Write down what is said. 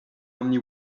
only